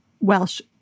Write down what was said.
Welsh